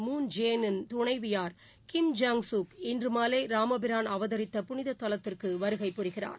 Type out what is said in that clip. Moon Jae இன்னின் துணைவியார் Kim Jung Sook இன்று மாலை ராமபிரான் அவதரித்த புனிததலத்திற்கு வருகை புரிகிறார்